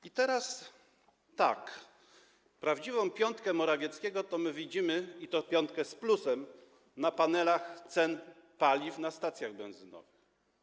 I teraz tak: prawdziwą piątkę Morawieckiego to my widzimy, i to piątkę z plusem, na panelach cen paliw na stacjach benzynowych.